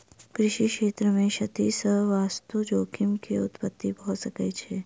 कृषि क्षेत्र मे क्षति सॅ वास्तु जोखिम के उत्पत्ति भ सकै छै